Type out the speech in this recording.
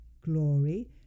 glory